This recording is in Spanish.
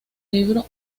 libro